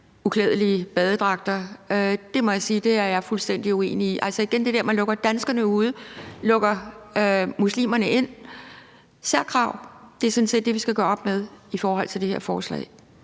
uklædelige badedragter. Det må jeg sige er jeg fuldstændig uenig i. Altså, det er igen det der med, at man lukker danskerne ude, lukker muslimerne ind. Det er særkrav. Det er sådan set det, vi med det her forslag